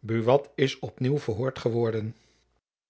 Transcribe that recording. buat is op nieuw verhoord geworden